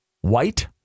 white